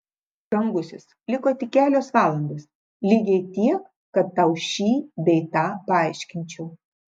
brangusis liko tik kelios valandos lygiai tiek kad tau šį bei tą paaiškinčiau